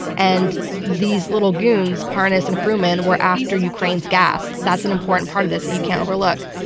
and these little goons, parnas and fruman, were after ukraine's gas. that's an important part of this that you can't overlook.